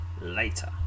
later